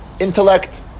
intellect